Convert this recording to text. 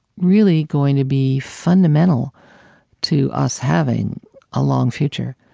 really going to be fundamental to us having a long future.